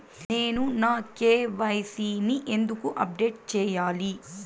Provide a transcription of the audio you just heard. నేను నా కె.వై.సి ని ఎందుకు అప్డేట్ చెయ్యాలి?